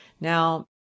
Now